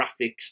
graphics